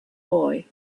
boy